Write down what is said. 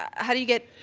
how do you get